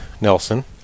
Nelson